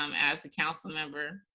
um as a council member,